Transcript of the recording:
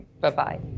Bye-bye